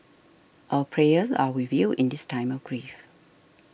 our prayers are with you in this time of grief